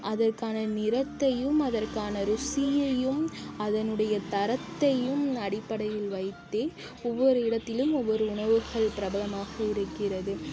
அதற்கான நிறத்தையும் அதற்கான ருசியையும் அதனுடைய தரத்தையும் அடிப்படையில் வைத்தே ஒவ்வொரு இடத்திலும் ஒவ்வொரு உணவுகள் பிரபலமாக இருக்கிறது